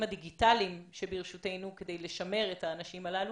הדיגיטליים שברשותנו כדי לשמר את האנשים הללו.